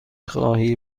خواهی